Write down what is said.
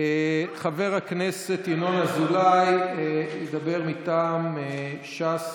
חבר הכנסת ינון אזולאי ידבר מטעם ש"ס,